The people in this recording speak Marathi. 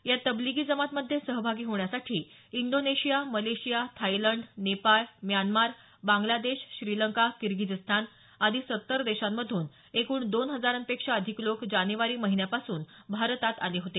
या तबलिगी जमात मध्ये सहभागी होण्यासाठी Indonesia Malaysia Thailand Nepal Myanmar Bangladesh Sri Lanka Kyrgyzstan आदी सत्तर देशांमधून एकूण दोन हजारांपेक्षा अधिक लोक जानेवारी महिन्यापासून भारतात आले होते